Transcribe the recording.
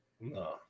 No